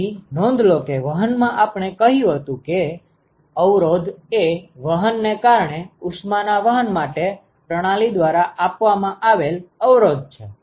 તેથી નોંધ લો કે વહન માં આપણે કહ્યું હતું કે અવરોધ એ વહન ને કારણે ઉષ્મા ના વહન માટે પ્રણાલી દ્વારા આપવામાં આવેલ અવરોધ છે